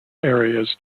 areas